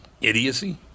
Idiocy